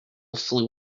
flew